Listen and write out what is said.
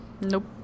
Nope